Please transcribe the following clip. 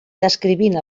descrivint